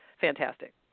fantastic